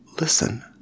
listen